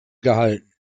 gehalten